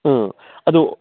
ꯎꯝ ꯑꯗꯨ